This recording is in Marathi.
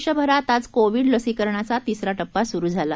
देशभरात आज कोविड लसीकरणाचा तिसरा प्पा सुरू झाला